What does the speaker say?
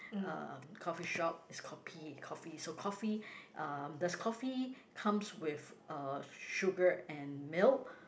uh coffee shop is kopi coffee so coffee uh does coffee come with uh sugar and milk